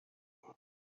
fear